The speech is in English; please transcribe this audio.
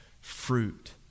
fruit